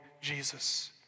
Jesus